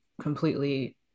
completely